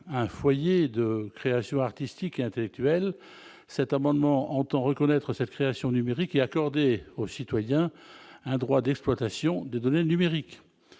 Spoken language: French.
un foyer de création artistique et intellectuelle, cet amendement entend reconnaître cette création numérique est accordé aux citoyens un droit d'exploitation des données numériques